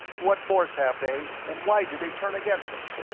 what force have they, and why did they turn against us?